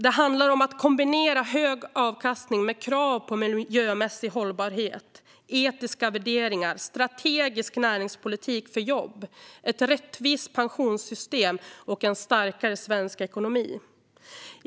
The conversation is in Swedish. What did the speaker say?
Det handlar om att kombinera hög avkastning med krav på miljömässig hållbarhet, etiska värderingar, strategisk näringspolitik för jobb, ett rättvist pensionssystem och en starkare svensk ekonomi.